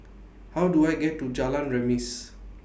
How Do I get to Jalan Remis